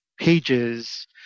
pages